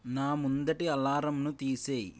నా ముందటి అలారంలను తీసేయ్